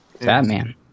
Batman